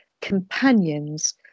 companions